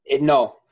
No